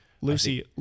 Lucy